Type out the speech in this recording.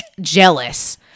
jealous